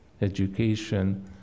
Education